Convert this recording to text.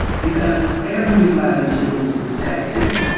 because everybody should be protected